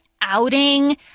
outing